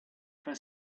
for